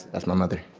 that's my mother.